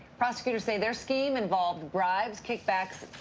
prosecutors say their scheme involved bribes, kickbacks,